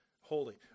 holy